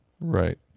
Right